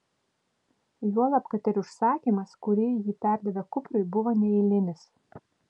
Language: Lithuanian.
juolab kad ir užsakymas kurį ji perdavė kupriui buvo neeilinis